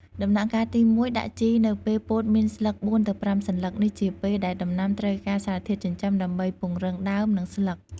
ដំណាក់កាលទី១ ដាក់ជីនៅពេលពោតមានស្លឹក ៤ ទៅ ៥ សន្លឹក នេះជាពេលដែលដំណាំត្រូវការសារធាតុចិញ្ចឹមដើម្បីពង្រឹងដើម និងស្លឹក។